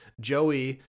Joey